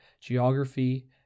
geography